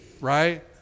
Right